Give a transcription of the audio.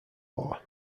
law